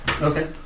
Okay